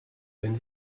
wenn